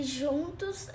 juntos